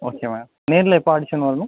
okay ma'am நேரில் எப்போ audition வரணும்